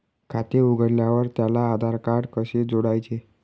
खाते उघडल्यावर त्याला आधारकार्ड कसे जोडायचे?